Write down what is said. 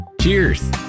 Cheers